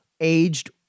aged